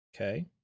Okay